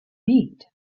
read